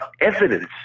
evidence